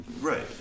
Right